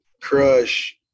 Crush